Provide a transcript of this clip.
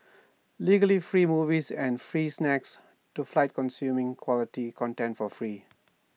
legally free movies and free snacks to fight consuming quality content for free